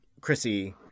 Chrissy